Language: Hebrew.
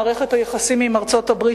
מערכת היחסים עם ארצות-הברית,